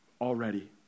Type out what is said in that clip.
already